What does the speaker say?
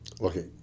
Okay